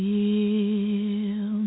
Feel